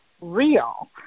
real